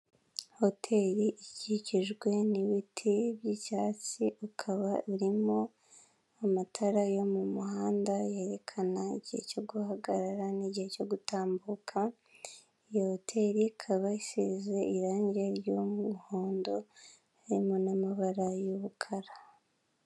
Ipoto rishinze iruhande rw'umuhanda, hejuru hariho itara ndetse n'insinga zijyana amashanyarazi ahandi munsi, hari umugabo uri gutambuka wambaye umupira n'ipantaro y'umukara.